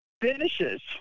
finishes